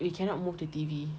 we cannot move the T_V